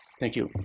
thank you.